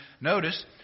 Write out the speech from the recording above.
Notice